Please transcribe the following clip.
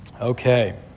Okay